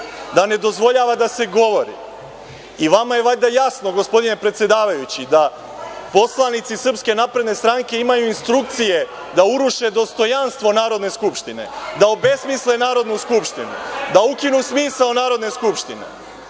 da ne dozvoljava da se govori i vama je valjda jasno gospodine predsedavajući da poslanici SNS imaju instrukcije da uruše dostojanstvo Narodne skupštine, da obesmisle Narodnu skupštinu, da ukinu smisao Narodne skupštine